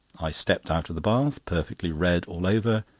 i stepped out of the bath, perfectly red all over,